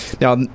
Now